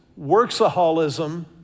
worksaholism